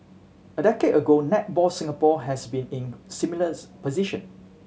a decade ago Netball Singapore had been in a similar position